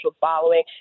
following